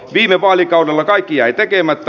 viime vaalikaudella kaikki jäi tekemättä